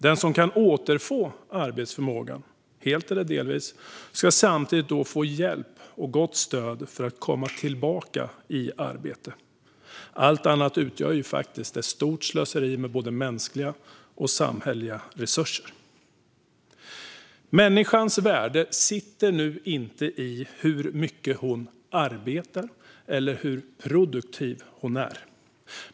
Den som kan återfå arbetsförmågan, helt eller delvis, ska samtidigt få hjälp och gott stöd för att komma tillbaka i arbete. Allt annat utgör faktiskt ett stort slöseri med både mänskliga och samhälleliga resurser. Människans värde sitter inte i hur mycket hon arbetar eller hur produktiv hon är.